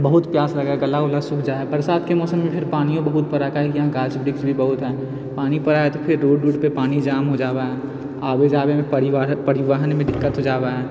बहुत प्यास लगै हइ गला वला सूख जा हइ बरसातके मौसममे फिर पानिओ बहुत पड़ै हइ काहेकि यहाँ गाछ वृक्ष भी बहुत हइ पानि पड़ै हइ तऽ फिर रोड वोड पानि जाम हो जावै हइ आबै जाबैमे परिवहन परिवहनमे दिक्कत हो जावै हइ